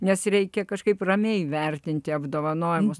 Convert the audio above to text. nes reikia kažkaip ramiai įvertinti apdovanojimus